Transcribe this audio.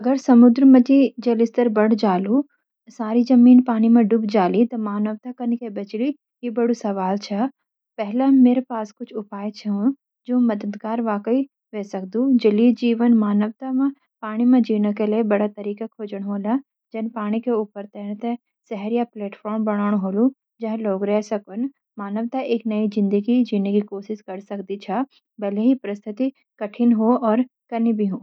अगर समुद्र मंजी जल स्तर बढ़ी जालू सारी जमीन पानी म डूब जाली त मानवता कन्न के बच ली यू बडू सवाल छ। पहला मेरा पास कुछ उपाय छ जु मददगार वाकई म वे सकदू। जल ही जीवन मानवता म पानी म जीन के लिए तरीका खोजन होला जन पानी का ऊपर तेरन ते शहर या प्लेटफार्म बनौन हो जख लोग रह सकूंन मानवता एक नई जिन्दगी जीन की कोशिश करी सकदी छ चाहे परिस्थिति कठिन या कनी भी हो।